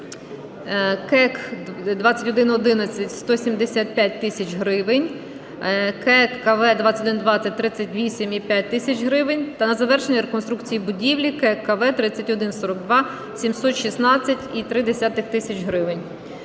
(КЕКВ 2111 - 175,0 тисяч гривень, КЕКВ2120 - 38,5 тисяч гривень) та на завершення реконструкції будівлі (КЕКВ 3142 -716,3 тисяч гривень).